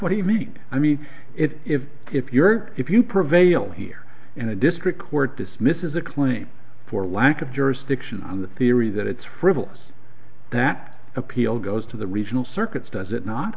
what do you mean i mean if if you're if you prevail here in a district court dismisses a claim for lack of jurisdiction on the theory that it's frivolous that appeal goes to the regional circuits does it not